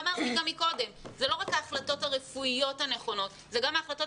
אמרתי כבר קודם שאלה לא רק ההחלטות הרפואיות הנכונות אלא אלה גם ההחלטות